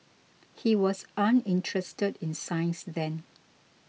he was uninterested in science then